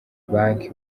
banki